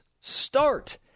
start